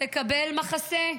לקבל מחסה,